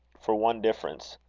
for one difference.